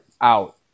out